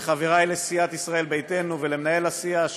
לחברי לסיעת ישראל ביתנו ולמנהל הסיעה,